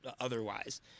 otherwise